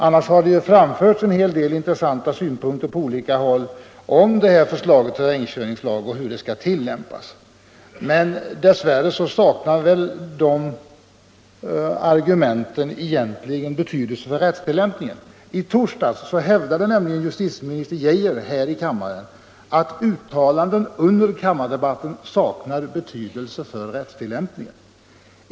Annars har det framförts en hel del intressanta synpunkter från olika håll på förslaget till terrängkörningslag och dess tillämpning. Tyvärr saknar dessa argument egentligen betydelse för rättstillämpningen. I torsdags hävdade nämligen justitieminister Geijer här i kammaren att uttalanden under kammardebatten saknar betydelse för rättstillämpningen.